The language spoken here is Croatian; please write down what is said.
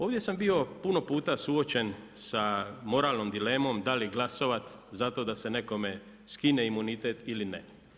Ovdje sam bio puno puta suočen sa moralnom dilemom da li glasovat zato da se nekome skine imunitet ili ne.